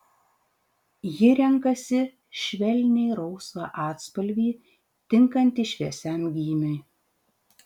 ji renkasi švelniai rausvą atspalvį tinkantį šviesiam gymiui